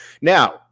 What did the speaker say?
Now